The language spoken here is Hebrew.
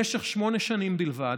במשך שמונה שנים בלבד,